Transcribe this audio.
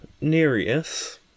Nereus